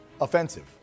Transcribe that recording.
offensive